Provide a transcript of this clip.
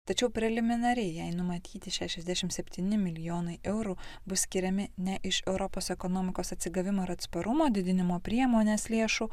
tačiau preliminariai jai numatyti šešiasdešimt septyni milijonai eurų bus skiriami ne iš europos ekonomikos atsigavimo ir atsparumo didinimo priemonės lėšų